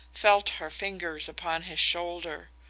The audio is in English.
felt her fingers upon his shoulder.